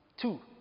Two